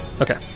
okay